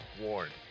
warned